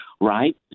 right